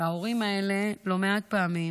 ההורים האלה לא מעט פעמים